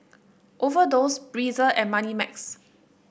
Overdose Breezer and Moneymax